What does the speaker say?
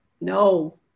No